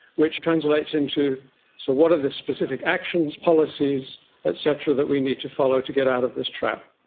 which translates into so what are the specific actions, policies et cetera that we need to follow to get out of this trap.